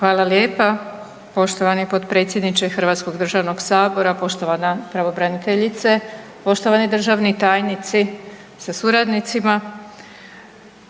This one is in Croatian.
Hvala lijepa. Poštovani potpredsjedniče Hrvatskog državnog sabora, poštovana pravobraniteljice, poštovani državni tajnici sa suradnicima.